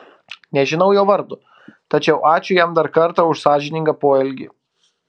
nežinau jo vardo tačiau ačiū jam dar kartą už sąžiningą poelgį